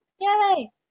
Yay